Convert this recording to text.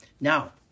Now